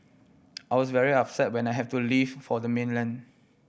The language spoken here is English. I was very upset when I have to leave for the mainland